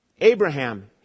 Abraham